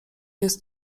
jest